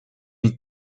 une